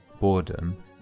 boredom